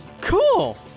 Cool